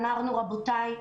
אמרנו: רבותיי,